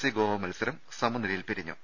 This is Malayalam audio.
സി ഗോവ മത്സരം സമ നിലയിൽ പിരിഞ്ഞു